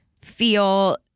feel